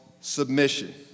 submission